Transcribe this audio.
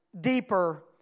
deeper